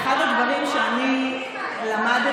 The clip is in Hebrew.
הם מבינים רק באקלים, רק באקלים.